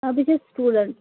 آ بہٕ چھَس سِٹوٗڈَنٛٹ